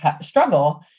struggle